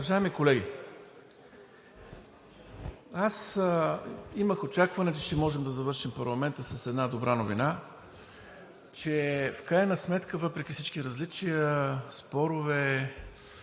Уважаеми колеги! Аз имах очакване, че ще можем да завършим парламента с една добра новина – че в крайна сметка, въпреки всички различия, спорове,